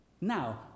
Now